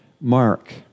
Mark